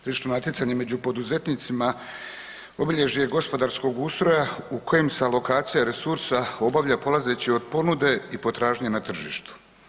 Tržišno natjecanje među poduzetnicima obilježje je gospodarskog ustroja u kojem se alokacija resursa obavlja polazeći od ponude i potražnje na tržištu.